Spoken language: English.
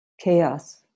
chaos